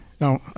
No